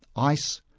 ice,